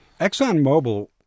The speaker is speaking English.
ExxonMobil